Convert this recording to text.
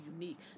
unique